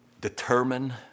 determine